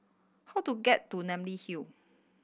how do get to Namly Hill